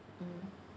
mm